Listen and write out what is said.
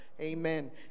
Amen